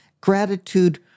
gratitude